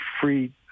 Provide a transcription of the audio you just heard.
free